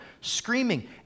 screaming